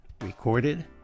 recorded